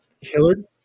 Hillard